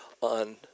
on